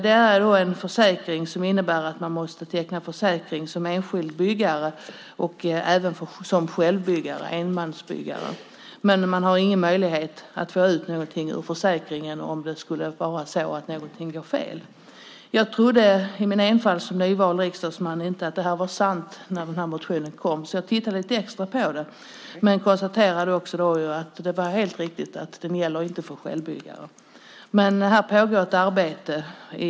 Som enskild byggare och även som självbyggare, enmansbyggare, måste man teckna en försäkring. Man har dock ingen möjlighet att få ut något på försäkringen om någonting skulle gå fel. När den här motionen kom trodde jag som nyvald riksdagsman i min enfald att det inte var sant, så jag tittade lite extra på den. Men jag konstaterade att det är helt riktigt att försäkringen inte gäller för självbyggare.